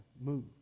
move